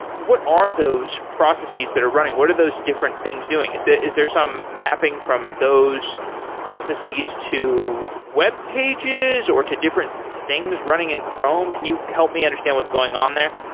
what are those processes that are running? what are those different things doing? is that is there some mapping from those processes to webpages, or two different things running in chrome? can you help me understand what's going on there?